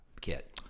kit